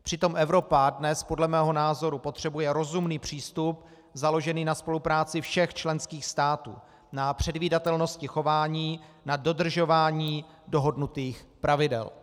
Přitom Evropa dnes podle mého názoru potřebuje rozumný přístup, založený na spolupráci všech členských států, na předvídatelnosti chování, na dodržování dohodnutých pravidel.